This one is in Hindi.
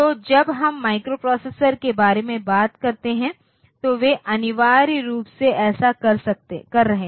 तो जब हम माइक्रोप्रोसेसर के बारे में बात करते हैं तो वे अनिवार्य रूप से ऐसा कर रहे हैं